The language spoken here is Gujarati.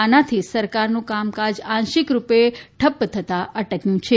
આનાથી સરકારનું કામકાજ આંશિક રૂપે ઠપ્પ થતાં અટક્યું છે